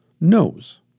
knows